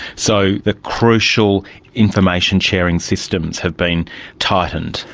so the crucial information sharing systems have been tightened.